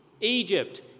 Egypt